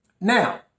Now